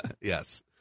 yes